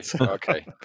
okay